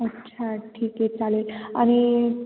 अच्छा ठीक आहे चालेल आणि